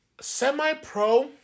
Semi-pro